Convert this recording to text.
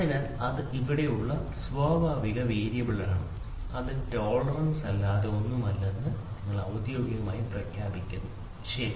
അതിനാൽ അത് അവിടെയുള്ള സ്വാഭാവിക വേരിയബിളാണ് അത് ടോളറൻസ് അല്ലാതെ ഒന്നുമല്ലെന്ന് നിങ്ങൾ ഔദ്യോഗികമായി പ്രഖ്യാപിക്കുന്നു ശരി